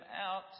out